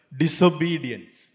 disobedience